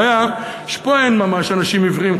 הבעיה שפה אין ממש אנשים עיוורים,